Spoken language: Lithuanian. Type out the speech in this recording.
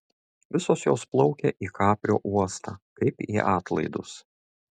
visos jos plaukia į kaprio uostą kaip į atlaidus